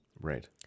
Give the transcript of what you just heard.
Right